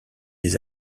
des